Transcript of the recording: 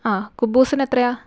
ആ കുബ്ബൂസിന് എത്രയാണ്